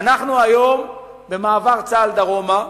ואנחנו היום במעבר צה"ל דרומה,